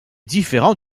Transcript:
différent